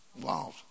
Wow